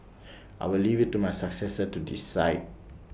I will leave IT to my successor to decide